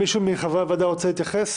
מישהו מחברי הוועדה רוצה להתייחס?